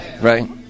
Right